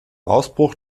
ausbruch